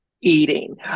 eating